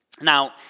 Now